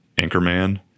Anchorman